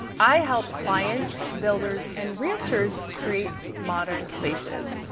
i help clients, builders and realtors create modern spaces.